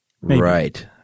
Right